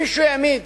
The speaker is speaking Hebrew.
מישהו העמיד